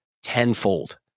tenfold